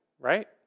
Right